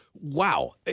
Wow